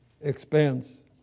expense